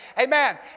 Amen